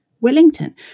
wellington